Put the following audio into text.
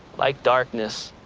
like darkness,